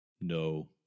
No